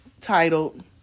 titled